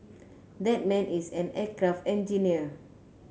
that man is an aircraft engineer